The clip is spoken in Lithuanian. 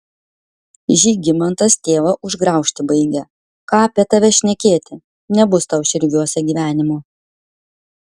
žygimantas tėvą užgraužti baigia ką apie tave šnekėti nebus tau širviuose gyvenimo